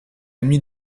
nuit